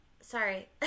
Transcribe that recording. Sorry